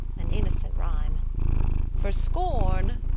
an innocent rhyme for scorn,